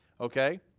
okay